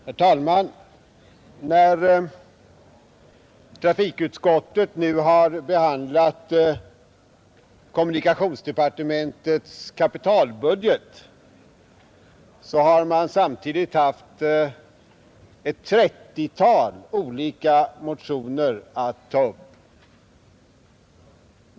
Herr talman! När trafikutskottet nu har behandlat kommunikationsdepartementets kapitalbudget, har man samtidigt haft ett 30-tal olika motioner att ta upp.